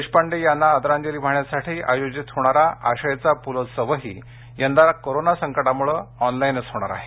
देशपांडे याना आदरांजली वाहण्यासाठी आयोजित होणारा आशयचा प्लोत्सवही यंदा कोरोना संकटामुळे यंदा ऑनलाइनच होणार आहे